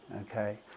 okay